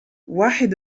واحد